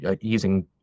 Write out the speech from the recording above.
using